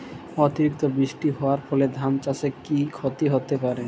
অতিরিক্ত বৃষ্টি হওয়ার ফলে ধান চাষে কি ক্ষতি হতে পারে?